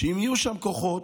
שאם יהיו שם כוחות,